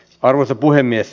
arvoisa puhemies